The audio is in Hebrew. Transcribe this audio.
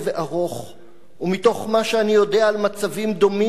ומתוך מה שאני יודע על מצבים דומים במדינות אחרות,